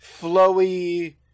flowy